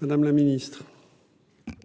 Madame la Ministre.